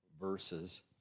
verses